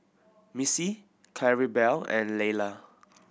Missy Claribel and Leila